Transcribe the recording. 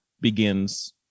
begins